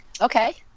Okay